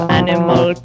animal